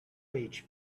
age